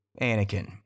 Anakin